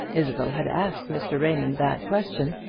isabel had asked mr. raymond that question,